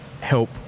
help